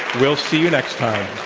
we'll see you next time